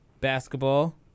basketball